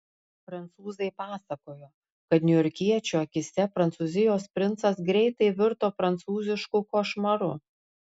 prancūzai pasakojo kad niujorkiečių akyse prancūzijos princas greitai virto prancūzišku košmaru